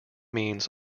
means